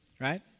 right